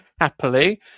happily